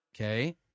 Okay